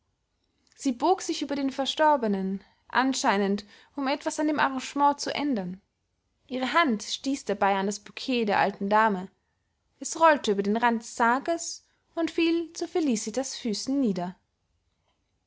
sie bog sich über den verstorbenen anscheinend um etwas an dem arrangement zu ändern ihre hand stieß dabei an das bouquet der alten dame es rollte über den rand des sarges und fiel zu felicitas füßen nieder